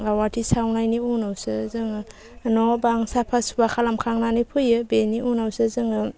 आवाथि सावनायनि उनावसो जोङो न' बां साफा सुफा खालामखांनानै फैयो बेनि उनावसो जोङो